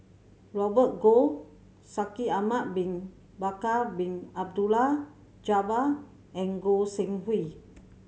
Robert Goh Shaikh Ahmad Bin Bakar Bin Abdullah Jabbar and Goi Seng Hui